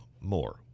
more